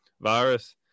virus